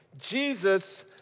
Jesus